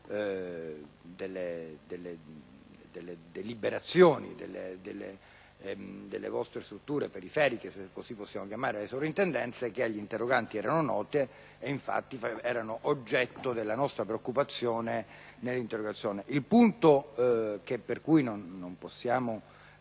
deliberazioni delle vostre strutture periferiche, se così possiamo chiamare le Sovrintendenze, che agli interroganti erano note, e infatti erano oggetto della nostra preoccupazione nelle interrogazioni. Il punto per cui non possiamo